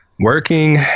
working